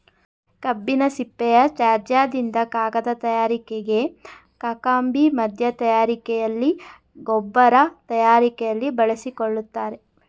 ಕಬ್ಬಿನ ಸಿಪ್ಪೆಯ ತ್ಯಾಜ್ಯದಿಂದ ಕಾಗದ ತಯಾರಿಕೆಗೆ, ಕಾಕಂಬಿ ಮಧ್ಯ ತಯಾರಿಕೆಯಲ್ಲಿ, ಗೊಬ್ಬರ ತಯಾರಿಕೆಯಲ್ಲಿ ಬಳಸಿಕೊಳ್ಳುತ್ತಾರೆ